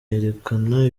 yerekana